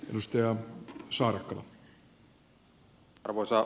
arvoisa herra puhemies